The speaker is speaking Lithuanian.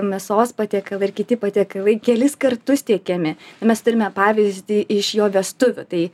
mėsos patiekalai ir kiti patiekalai kelis kartus tiekiami mes turime pavyzdį iš jo vestuvių tai